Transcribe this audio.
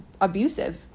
abusive